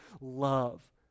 love